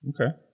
okay